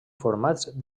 formats